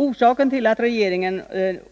Orsaken till att regeringen